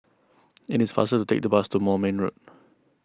it is faster to take the bus to Moulmein Road